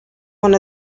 one